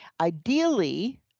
Ideally